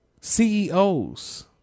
CEOs